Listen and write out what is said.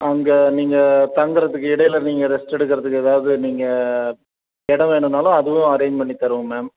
அங்கே நீங்கள் தங்குறத்துக்கு இடையில் நீங்கள் ரெஸ்ட் எடுக்கிறதுக்கு ஏதாவது நீங்கள் இடம் வேணும்னாலும் அதுவும் அரேஞ்ச் பண்ணி தருவோம் மேம்